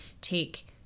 take